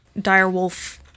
direwolf